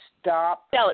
Stop